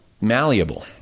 malleable